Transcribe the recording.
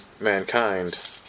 mankind